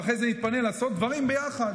ואחרי זה נתפנה לעשות דברים ביחד.